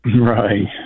Right